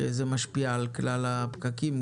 שזה משפיע על כלל הפקקים,